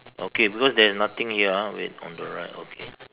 okay because there's nothing here ah wait on the right okay